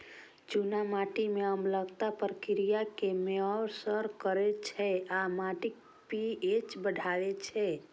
चूना माटि मे अम्लताक प्रतिक्रिया कें बेअसर करै छै आ माटिक पी.एच बढ़बै छै